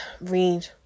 read